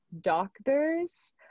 doctors